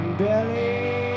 belly